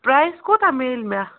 price کوٗتاہ میٚلہِ مےٚ